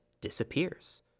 disappears